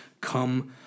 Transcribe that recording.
come